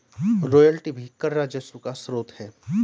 royalty भी कर राजस्व का स्रोत है